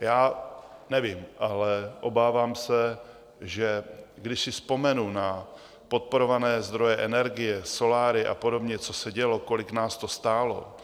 Já nevím, ale obávám se, že když si vzpomenu na podporované zdroje energie, soláry a podobně, co se dělo, kolik nás to stálo,